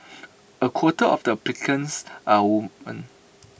A quarter of the applicants are woman